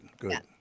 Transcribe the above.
good